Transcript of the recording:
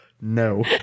No